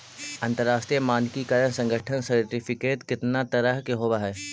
अंतरराष्ट्रीय मानकीकरण संगठन सर्टिफिकेट केतना तरह के होब हई?